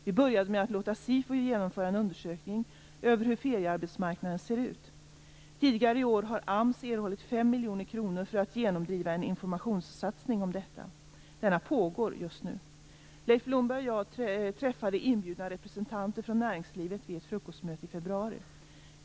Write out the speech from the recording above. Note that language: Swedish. Vi började med att låta SIFO genomföra en undersökning över hur feriearbetsmarknaden ser ut. Tidigare i år har AMS erhållit 5 miljoner kronor för att genomdriva en informationssatsning om detta. Denna pågår just nu. Leif Blomberg och jag träffade inbjudna representanter från näringslivet vid ett frukostmöte i februari.